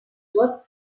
tot